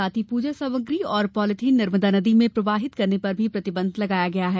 साथ ही पूजा सामग्री और पॉलिथिन नर्मदा नदी में प्रवाहित करने पर भी प्रतिबन्ध लगाया गया है